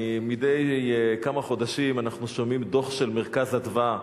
מדי כמה חודשים אנחנו שומעים: דוח של "מרכז אדוה".